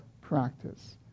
practice